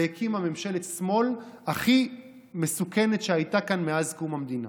והקימה ממשלת שמאל הכי מסוכנת שהייתה כאן מאז קום המדינה.